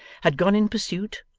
had gone in pursuit,